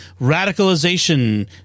radicalization